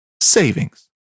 savings